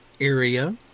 area